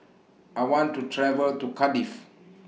I want to travel to Cardiff